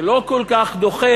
זה לא כל כך דוחק.